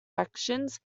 actions